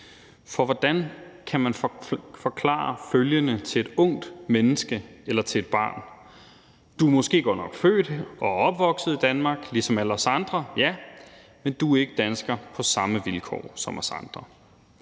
For hvordan kan man forklare følgende til et ungt menneske eller til et barn: Du er måske godt nok født og opvokset i Danmark ligesom alle os andre, ja, men du er ikke dansker på samme vilkår som os andre?